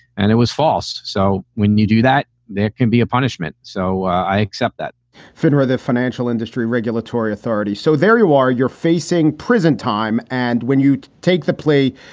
and it was false. so when you do that, there can be a punishment so i accept that finra, the financial industry regulatory authority. so there you are. you're facing prison time. and when you take the play,